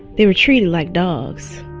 they were treated like dogs